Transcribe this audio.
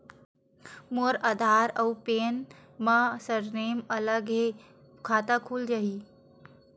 मोर आधार आऊ पैन मा सरनेम अलग हे खाता खुल जहीं?